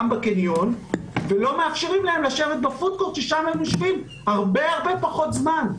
בקניון ולא מאפשרים להם לשבת ב-פוד קורט שם הם יושבים הרבה פחות זמן.